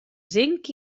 zinc